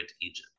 Egypt